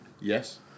Yes